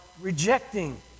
rejecting